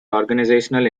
organizational